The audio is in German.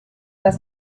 das